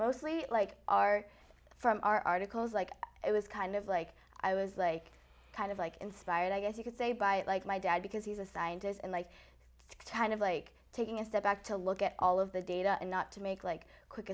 mostly like our from our articles like it was kind of like i was like kind of like inspired i guess you could say by it like my dad because he's a scientist and i tend of like taking a step back to look at all of the data and not to make like quick